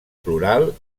plural